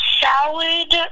salad